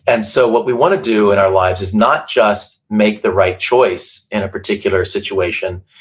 and so what we want to do in our lives is not just make the right choice in a particular situation,